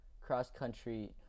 cross-country